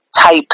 type